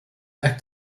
act